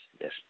yes